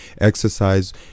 Exercise